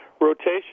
rotation